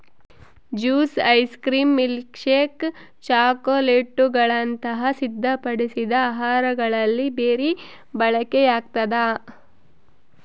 juice ice cream milkshake ಚಾಕೊಲೇಟ್ಗುಳಂತ ಸಿದ್ಧಪಡಿಸಿದ ಆಹಾರಗಳಲ್ಲಿ ಬೆರಿ ಬಳಕೆಯಾಗ್ತದ